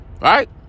right